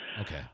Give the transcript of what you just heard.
Okay